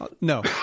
No